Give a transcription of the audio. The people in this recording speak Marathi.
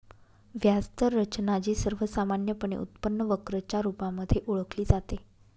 व्याज दर रचना, जी सर्वसामान्यपणे उत्पन्न वक्र च्या रुपामध्ये ओळखली जाते